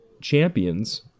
champions